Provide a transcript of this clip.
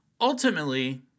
Ultimately